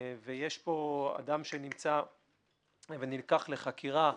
יש פה אדם שנלקח לחקירה.